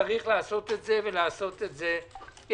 צריך לעשות את זה, ולעשות את זה מהר.